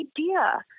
idea